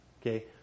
okay